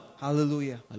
Hallelujah